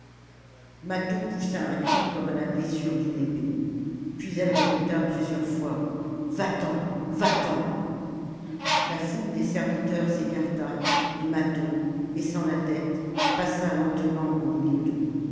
mâtho poussa un cri comme à la blessure d'une épée puis elle répéta plusieurs fois va-t'en va-t'en la foule des serviteurs s'écarta et mâtho baissant la tête passa lentement au milieu d'eux